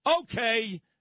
okay